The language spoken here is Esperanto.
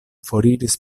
foriris